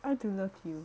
I do love you